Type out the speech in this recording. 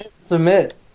Submit